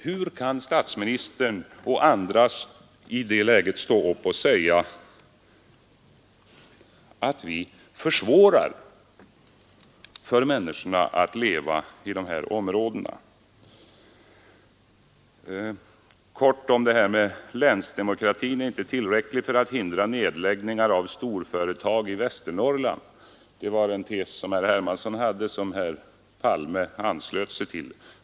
Hur kan statsministern och andra i det läget stå upp och säga att vi försvårar för människorna att leva i storstäderna? Herr Hermanssons tes, som statsminister Palme anslöt sig till, var att länsdemokratin inte är tillräcklig för att t.ex. hindra nedläggningar av storföretag i Västernorrland.